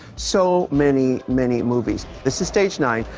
so many many movies. this is stage nine,